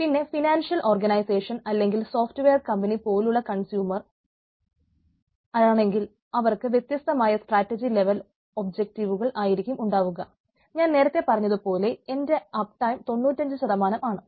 പിന്നെ financial organisation 95 ആണ്